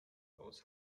aus